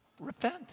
Repent